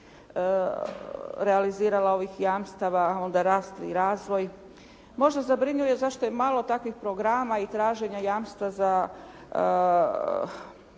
realizirala ovih jamstava, onda rast i razvoj. Možda zabrinjuje zašto je malo takvih programa i traženja jamstva za